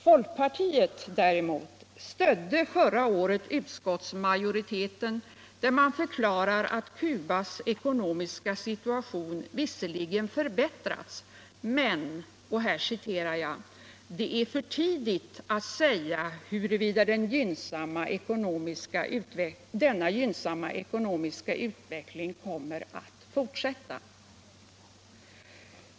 Folkpartiet däremot stödde förra året utskottsmajoriteten, som förklarade att Cubas ekonomiska situation visserligen hade förbättrats men att ”det är för tidigt att säga huruvida denna gynnsamma ekonomiska utveckling kommer att fortsätta”.